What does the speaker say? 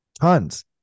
Tons